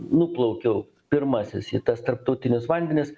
nuplaukiau pirmasis į tas tarptautinius vandenis